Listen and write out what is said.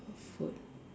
what food